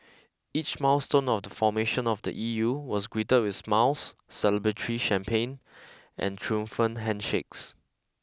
each milestone of the formation of the E U was greeted with smiles celebratory champagne and triumphant handshakes